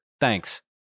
Thanks